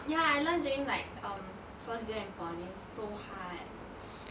ya I learnt during like um first year in poly and it's so hard